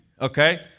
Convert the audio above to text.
okay